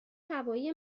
هوایی